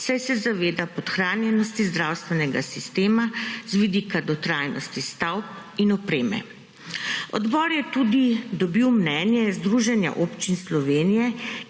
saj se zaveda podhranjenosti zdravstvenega sistema z vidika dotrajanosti stavb in opreme. Odbor je tudi dobil mnenje Združenja občin Slovenije,